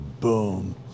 boom